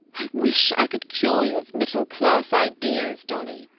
i wish i could cure you of middle-class ideas, dolly.